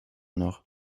noch